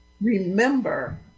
remember